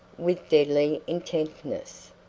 with deadly intentness.